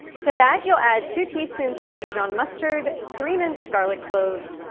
to that, you'll add two teaspoons of dijon mustard, three minced garlic cloves,